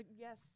yes